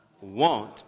want